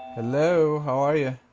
hello, how are you?